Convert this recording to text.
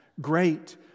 great